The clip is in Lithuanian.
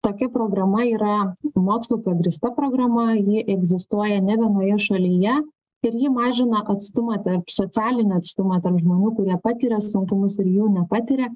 tokia programa yra mokslu pagrįsta programa ji egzistuoja ne vienoje šalyje ir ji mažina atstumą tarp socialinio atstumo tarp žmonių kurie patiria sunkumus ir jų nepatiria